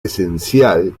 esencial